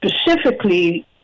specifically